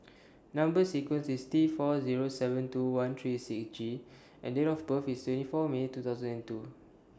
Number sequence IS T four Zero seven two one three six G and Date of birth IS twenty four May two thousand and two